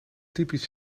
typisch